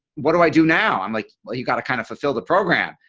what do i do now? i'm like well you've got to kind of fulfill the program.